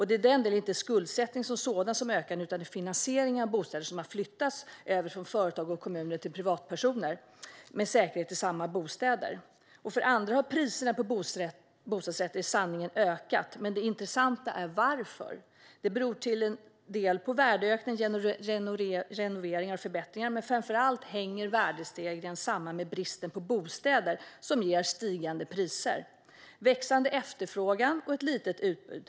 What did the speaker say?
Det är i denna del inte skuldsättningen som sådan som ökar, utan det är finansieringen av bostäder som har flyttats över från företag och kommuner till privatpersoner, med säkerhet i samma bostäder. För det andra: Priserna på bostadsrätter har i sanning ökat, men det intressanta är varför. Det beror till viss del på värdeökning genom renoveringar och förbättringar. Framför allt hänger värdestegringen dock samman med bristen på bostäder, som ger stigande priser. Det finns en växande efterfrågan och ett litet utbud.